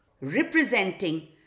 representing